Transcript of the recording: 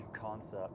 concept